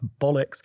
bollocks